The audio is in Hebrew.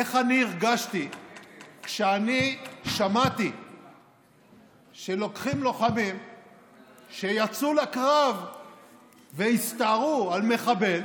איך אני הרגשתי כשאני שמעתי שלוקחים לוחמים שיצאו לקרב והסתערו על מחבל,